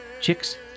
Chick's